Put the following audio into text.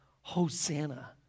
Hosanna